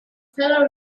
fellow